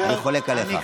אני חולק עליך.